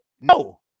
No